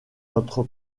notre